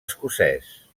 escocès